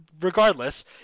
regardless